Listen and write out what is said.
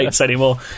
anymore